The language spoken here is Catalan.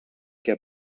què